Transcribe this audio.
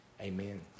Amen